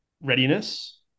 readiness